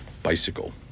bicycle